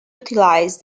utilized